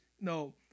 No